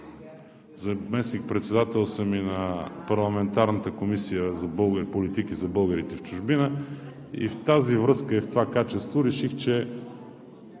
заместник-председател съм и на парламентарната Комисия по политиките за българите в чужбина и в тази връзка, и в това качество реших, че